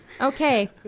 okay